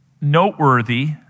noteworthy